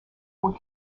were